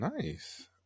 nice